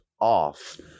off